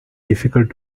difficult